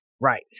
right